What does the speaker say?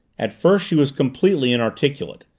at first she was completely inarticulate,